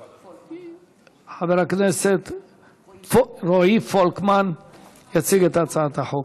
חבר רועי פולקמן יציג את הצעת החוק.